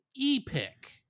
epic